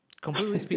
Completely